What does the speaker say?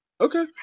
Okay